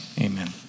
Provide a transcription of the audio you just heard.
amen